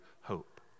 hope